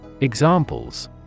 Examples